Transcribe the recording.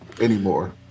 anymore